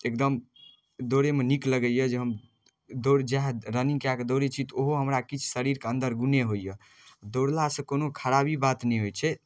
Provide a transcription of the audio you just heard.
एकदम दौड़ैमे नीक लगैए जे हम दौड़ जाइ रनिङ्ग कऽ कऽ दौड़ै छी तऽ ओहो हमरा किछु शरीरके अन्दर गुणे होइए दौड़लासँ कोनो खराबी बात नहि होइ छै